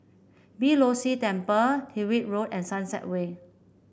Beeh Low See Temple Tyrwhitt Road and Sunset Way